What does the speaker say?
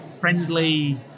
friendly